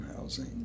housing